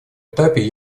этапе